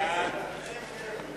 דברי פרסומת בבתי צרכנים).